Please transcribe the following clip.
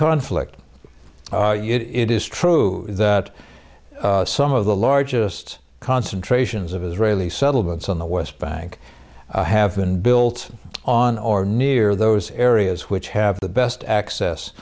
inflict it is true that some of the largest concentrations of israeli settlements on the west bank have been built on or near those areas which have the best access